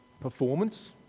performance